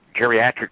geriatric